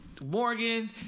Morgan